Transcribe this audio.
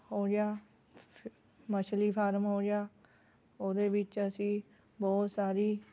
ਹੋ ਗਿਆ ਮੱਛੀ ਫਾਰਮ ਹੋ ਗਿਆ ਉਹਦੇ ਵਿੱਚ ਅਸੀਂ ਬਹੁਤ ਸਾਰੀ